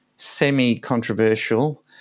Semi-controversial